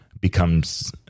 becomes